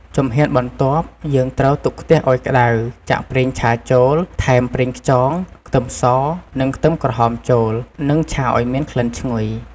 ជំហានបន្ទាប់ យើងត្រូវទុកខ្ទះឱ្យក្ដៅ ចាក់ប្រេងឆាចូល ថែមប្រេងខ្យង ខ្ទឹមស និងខ្ទឹមក្រហមចូល និងឆាឱ្យមានក្លិនឈ្ងុយ ។